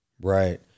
right